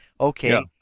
Okay